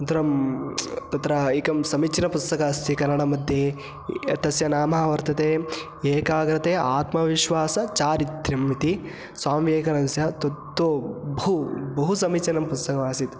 अन्तरं तत्र एकं समीचीनं पुस्तकम् अस्ति कन्नडमध्ये तस्य नाम वर्तते एकाग्रते आत्मविश्वासचारित्र्यम् इति स्वामिविवेकनदस्य तत्तु बहु बहु समीचीनं पुस्तकमासीत्